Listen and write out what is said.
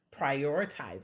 prioritizing